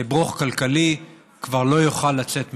לברוך כלכלי, כבר לא יוכל לצאת מזה.